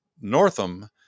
northam